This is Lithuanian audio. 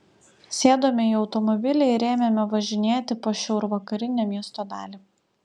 sėdome į automobilį ir ėmėme važinėti po šiaurvakarinę miesto dalį